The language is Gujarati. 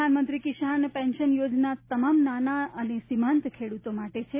પ્રધાનમંત્રી કિસાન પેન્શન યોજના તમામ નાના અને સીમાંત ખેડુતો માટે છે